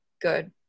good